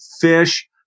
fish